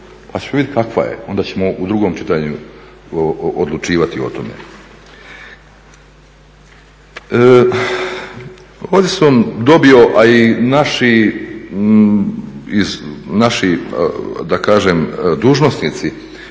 pa ćemo vidjet kakva je, onda ćemo u drugom čitanju odlučivati o tome. Ovdje sam dobio, a i naši da kažem dužnosnici